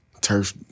turf